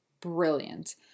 Brilliant